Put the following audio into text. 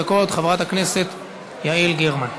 דקות חברת הכנסת יעל גרמן.